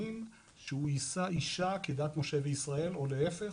שהוא יישא אישה כדת משה בישראל או להיפך,